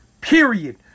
Period